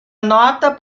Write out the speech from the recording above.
nota